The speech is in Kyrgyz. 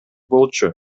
болчу